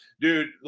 dude